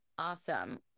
Awesome